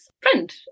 friend